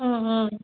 ம் ம்